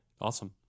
awesome